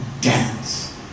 dance